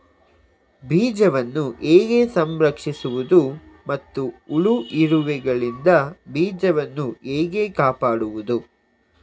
ಬೀಜವನ್ನು ಹೇಗೆ ಸಂಸ್ಕರಿಸುವುದು ಮತ್ತು ಹುಳ, ಇರುವೆಗಳಿಂದ ಬೀಜವನ್ನು ಹೇಗೆ ಕಾಪಾಡುವುದು?